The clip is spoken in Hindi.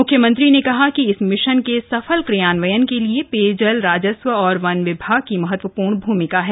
मुख्यमंत्री ने कहा कि इस मिशन के सफल क्रियान्वयन के लिए पेयजल राजस्व और वन विभाग की महत्वपूर्ण भूमिका है